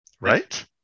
right